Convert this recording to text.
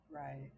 Right